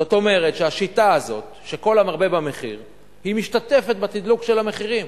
זאת אומרת שהשיטה הזאת של כל המרבה במחיר משתתפת בתדלוק של המחירים.